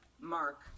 Mark